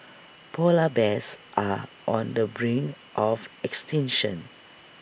Polar Bears are on the brink of extinction